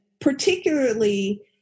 particularly